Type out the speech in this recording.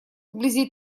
вблизи